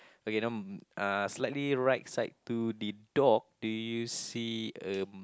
okay um uh slightly right side to the dog do you see um